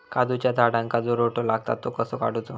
काजूच्या झाडांका जो रोटो लागता तो कसो काडुचो?